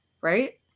right